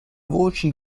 voci